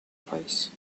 país